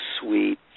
sweet